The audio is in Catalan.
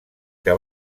que